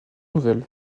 nouvelle